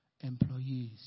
employees